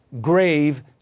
grave